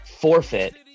forfeit